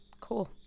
Cool